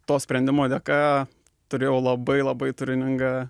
to sprendimo dėka turėjau labai labai turiningą